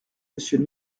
monsieur